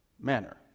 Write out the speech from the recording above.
manner